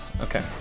Okay